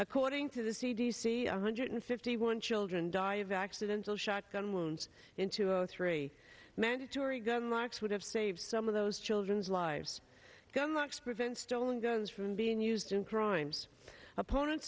according to the c d c one hundred fifty one children die of accidental shotgun wounds in two or three mandatory gun locks would have saved some of those children's lives gun locks prevent stolen guns from being used in crimes opponents